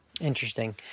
Interesting